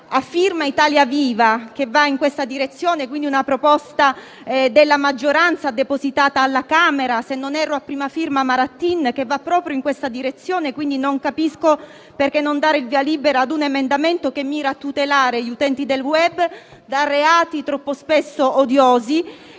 a firma di Italia Viva che va in questa direzione, e quindi una proposta della maggioranza, depositata alla Camera, se non erro a prima firma dell'onorevole Marattin. Pertanto, non capisco perché non dare il via libera a un emendamento che mira a tutelare gli utenti del *web* da reati troppo spesso odiosi